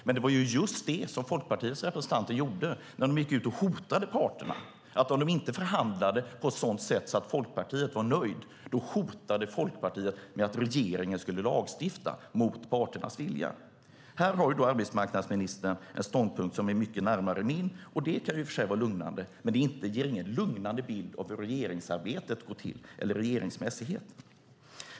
Men att lägga sig i var ju just vad Folkpartiets representanter gjorde när de gick ut och hotade parterna och sade att om de inte förhandlade på ett sådant sätt att Folkpartiet var nöjt hotade Folkpartiet med att regeringen skulle lagstifta, mot parternas vilja. Här intar arbetsmarknadsministern en ståndpunkt som ligger mycket närmare min. Det kan i och för sig vara lugnande, men det ger ingen lugnande bild av hur regeringsarbetet går till, av regeringsmässigheten så att säga.